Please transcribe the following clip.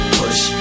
push